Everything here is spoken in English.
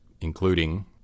including